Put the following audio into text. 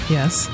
yes